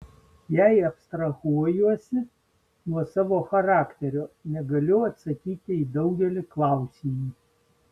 jei abstrahuojuosi nuo savo charakterio negaliu atsakyti į daugelį klausimų